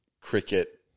cricket